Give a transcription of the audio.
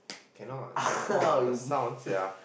cannot !wah! the sound sia